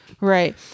Right